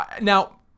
now